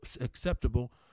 acceptable